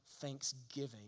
thanksgiving